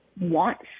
wants